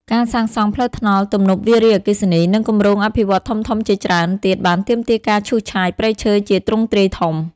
ការសាងសង់ផ្លូវថ្នល់ ទំនប់វារីអគ្គិសនី និងគម្រោងអភិវឌ្ឍន៍ធំៗជាច្រើនទៀតបានទាមទារការឈូសឆាយព្រៃឈើជាទ្រង់ទ្រាយធំ។